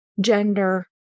gender